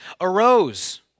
arose